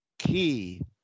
key